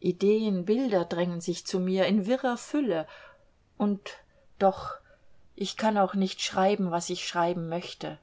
ideen bilder drängen sich zu mir in wirrer fülle und doch ich kann auch nicht schreiben was ich schreiben möchte